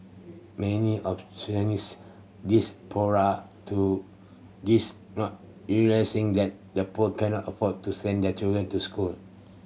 many of Chinese diaspora to this not realising that the poor cannot afford to send their children to school